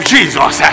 Jesus